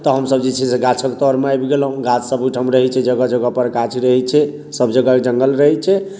तऽ हमसब जे छै से गाछके तरमे आबि गेलहुँ गाछसब ओहिठाम रहै छै जगह जगहपर गाछ रहै छै सब जगह जङ्गल रहै छै